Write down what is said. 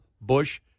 Bush